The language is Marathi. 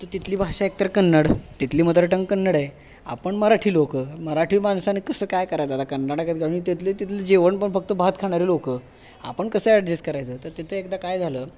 तर तिथली भाषा एकतर कन्नड तिथली मदर टंग कन्नड आहे आपण मराठी लोक मराठी माणसाने कसं काय करायचं आता कर्नाटकात आम्ही तिथलं तिथलं जेवण पण फक्त भात खाणारे लोक आपण कसं ॲडजेस्ट करायचं तर तिथं एकदा काय झालं